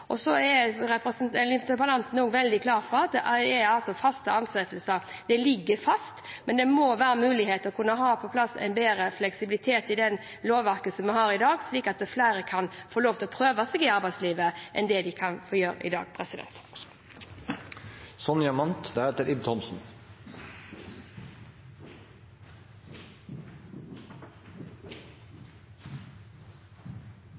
Så er interpellanten også veldig klar på at det skal være faste ansettelser. Det ligger fast, men det må være mulig å få på plass en bedre fleksibilitet i det lovverket som vi har i dag, slik at flere enn i dag kan få lov til å prøve seg i arbeidslivet. Interpellanten tar opp en viktig sak om noe som skjer altfor ofte, men som ikke ofte er tema i